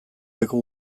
leku